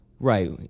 Right